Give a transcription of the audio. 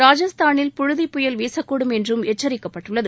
ராஜஸ்தானில் புழுதிப்புயல் வீசக்கூடும் என்றும் எச்சரிக்கப்பட்டுள்ளது